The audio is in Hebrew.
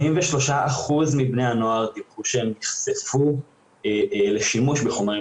83% מבני הנוער דיווחו שהם נחשפו לשימוש בחומרים